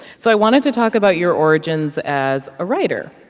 so i wanted to talk about your origins as a writer.